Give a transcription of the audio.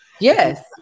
Yes